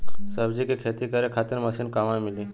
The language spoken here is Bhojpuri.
सब्जी के खेती करे खातिर मशीन कहवा मिली?